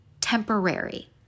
temporary